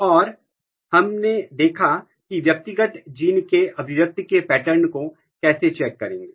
और हम हमने देखा है कि व्यक्तिगत जीन के अभिव्यक्ति के पैटर्न को कैसे चेक करेंगे